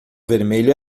vermelho